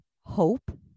hope